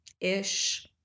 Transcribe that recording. ish